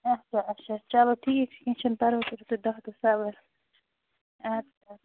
اَچھا اَچھا چلو ٹھیٖک چھُ کیٚنٛہہ چھُنہٕ پرواے کٔرِو تُہۍ دَہ دۄہ صبر اَدٕ کیٛاہ اَدٕ کیٛاہ